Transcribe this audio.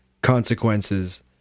consequences